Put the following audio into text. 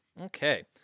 Okay